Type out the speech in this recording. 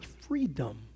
freedom